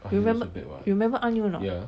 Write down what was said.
you rememb~ you remember 阿牛 or not